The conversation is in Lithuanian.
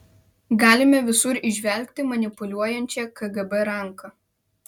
galime visur įžvelgti manipuliuojančią kgb ranką